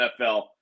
nfl